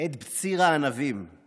עת בציר הענבים /